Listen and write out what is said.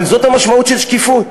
אבל זאת המשמעות של שקיפות.